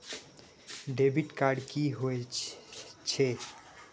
Debit card की होय छेय?